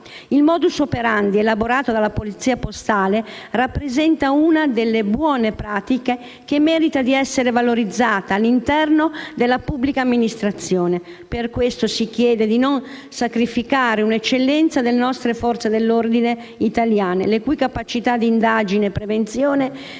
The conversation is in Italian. Il *modus operandi* elaborato dalla Polizia postale rappresenta una delle buone pratiche che merita di essere valorizzata all'interno della pubblica amministrazione. Per questo motivo, si chiede di non sacrificare un'eccellenza delle Forze dell'ordine italiane, le cui capacità di indagine e prevenzione si